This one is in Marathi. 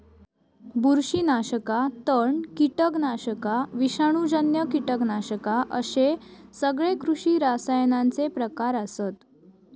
बुरशीनाशका, तण, कीटकनाशका, विषाणूजन्य कीटकनाशका अश्ये सगळे कृषी रसायनांचे प्रकार आसत